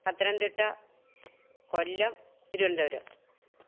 Pathanamthitta Kollam Thiruvananthapuram